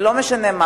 ולא משנה מה,